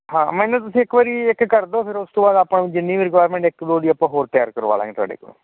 ਹਾਂ ਮੈਨੂੰ ਤੁਸੀਂ ਇੱਕ ਵਾਰੀ ਇੱਕ ਕਰਦੋ ਫਿਰ ਉਸ ਤੋਂ ਬਾਅਦ ਆਪਾਂ ਨੂੰ ਜਿੰਨੀ ਰਿਕੁਆਇਰਮੈਂਟ ਇੱਕ ਦੋ ਦੀ ਆਪਾਂ ਹੋਰ ਤਿਆਰ ਕਰਵਾਲਾਂਗੇ ਤੁਹਾਡੇ ਕੋਲੋਂ